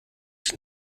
die